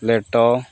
ᱞᱮᱴᱚ